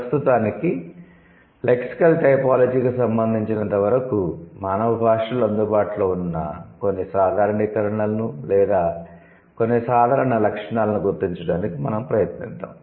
ప్రస్తుతానికి లెక్సికల్ టైపోలాజీకి సంబంధించినంతవరకు మానవ భాషలో అందుబాటులో ఉన్న కొన్ని సాధారణీకరణలను లేదా కొన్ని సాధారణ లక్షణాలను గుర్తించడానికి మనం ప్రయత్నిద్దాము